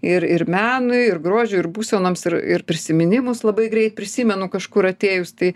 ir ir menui ir grožiui ir būsenoms ir ir prisiminimus labai greit prisimenu kažkur atėjus tai